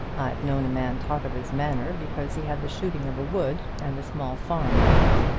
i've known a man talk of his manor because he had the shooting of a wood and a small farm round it.